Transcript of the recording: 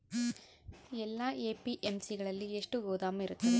ಎಲ್ಲಾ ಎ.ಪಿ.ಎಮ್.ಸಿ ಗಳಲ್ಲಿ ಎಷ್ಟು ಗೋದಾಮು ಇರುತ್ತವೆ?